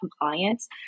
compliance